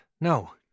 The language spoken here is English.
No